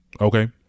Okay